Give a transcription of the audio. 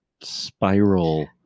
spiral